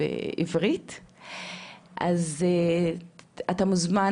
אתה הגעת